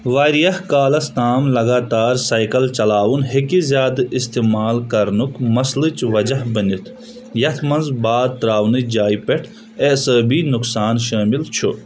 واریٛاہ کالَس تام لَگاتَار سایکل چلاوُن ہٮ۪کہِ زِیٛادٕ استعمال کرنُک مسلٕچ وجہہ بٔنِتھ، یَتھ منٛز باَر تراونٕچ جایہِ پٮ۪ٹھ اعصٲبی نۄقصان شٲمِل چھُ